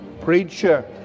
preacher